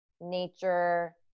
nature